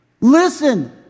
Listen